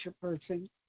person